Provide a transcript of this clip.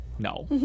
No